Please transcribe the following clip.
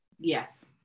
Yes